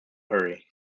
hurry